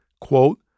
quote